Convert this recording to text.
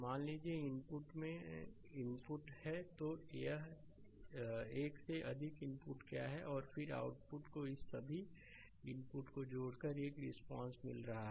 मान लीजिए कि इनपुट में इनपुट है तो एक से अधिक इनपुट क्या हैं और फिर आउटपुट को इस सभी इनपुट को जोड़कर एक रिस्पांस मिल रहा है